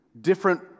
different